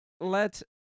let